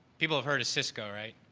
people have heard a cisco, right?